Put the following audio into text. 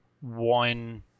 One